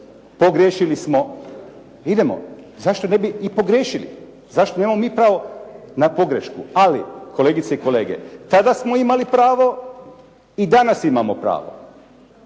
pogriješili smo. Idemo, zašto ne bi i pogriješili? Zašto nemamo mi pravo na pogrešku? Ali, kolegice i kolege, tada smo imali pravo i danas imamo pravo.